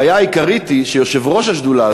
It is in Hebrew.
הבעיה העיקרית היא שיושב-ראש השדולה